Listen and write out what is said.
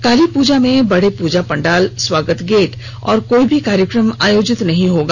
काली पुजा में बड़े पूजा पंडाल स्वागत गेट और कोई भी कार्यक्रम आयोजित नहीं होगा